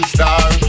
Star